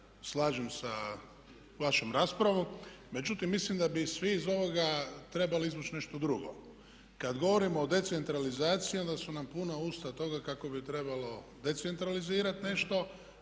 slažem sa vašom raspravom. Međutim, mislim da bi svi iz ovoga trebali izvući nešto drugo. Kad govorimo o decentralizaciji onda su nam puna usta toga kako bi trebalo decentralizirati nešto